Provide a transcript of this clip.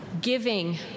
giving